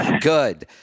Good